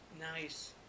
Nice